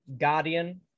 Guardian